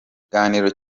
kiganiro